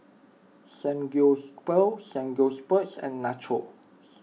Samgyeopsal Samgyeopsal and Nachos